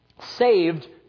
saved